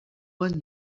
one